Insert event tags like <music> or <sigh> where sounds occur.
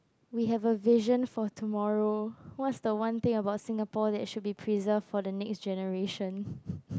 we have a vision for tomorrow what's the one thing about Singapore that should be preserved for the next generation <laughs>